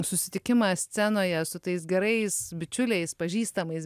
susitikimą scenoje su tais gerais bičiuliais pažįstamais